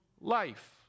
life